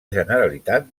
generalitat